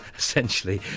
essentially.